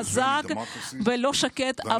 חזק ולא שקט,